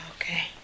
Okay